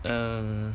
um